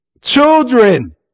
children